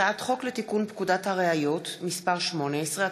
הצעת חוק לתיקון פקודת הראיות (מס' 18),